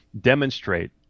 demonstrate